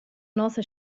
nossa